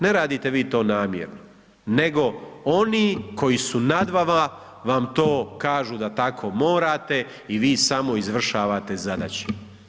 Ne radite vi to namjerno nego oni koji su nad vama vam to kažu da tako morate i vi samo izvršavate zadaće.